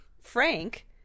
Frank